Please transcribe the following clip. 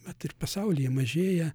mat ir pasaulyje mažėja